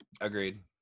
Agreed